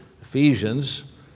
Ephesians